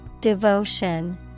Devotion